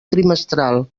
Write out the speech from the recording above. trimestral